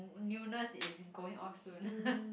newness is going off soon